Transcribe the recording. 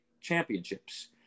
Championships